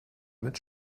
mit